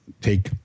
take